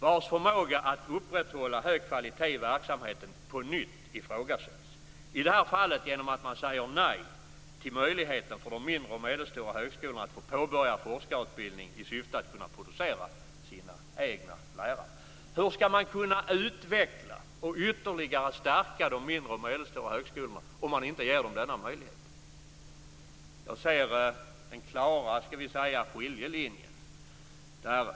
Deras förmåga att upprätthålla hög kvalitet i verksamheten ifrågasätts på nytt - i det här fallet genom att man säger nej till möjligheterna för de mindre och medelstora högskolorna att påbörja forskarutbildning i syfte att producera egna lärare. Hur skall man kunna utveckla och ytterligare stärka de mindre och medelstora högskolorna om man inte ger dem denna möjlighet? Jag ser en klar skiljelinje.